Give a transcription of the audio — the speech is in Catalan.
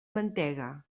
mantega